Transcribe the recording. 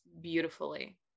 beautifully